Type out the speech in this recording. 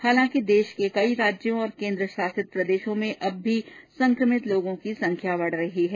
हालांकि देश के कई राज्यों और केन्द्रशासित प्रदेशों में अब भी संक्रमित लोगों की संख्या बढ रही है